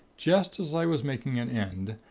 just as i was making an end,